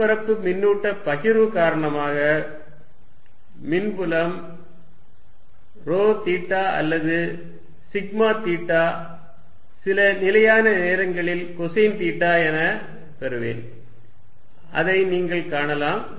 மேற்பரப்பு மின்னூட்ட பகிர்வு காரணமாக மின்புலம் ρ தீட்டா அல்லது சிக்மா தீட்டா சில நிலையான நேரங்களில் கொசைன் தீட்டா என பெறுவேன் அதை நீங்கள் காணலாம்